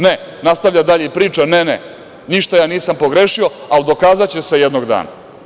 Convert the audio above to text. Ne, nastavlja dalje i priča – ne, ne, ništa ja nisam pogrešio, ali dokazaće se jednog dana.